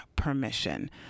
permission